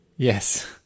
Yes